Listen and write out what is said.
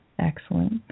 Excellent